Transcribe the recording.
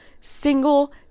single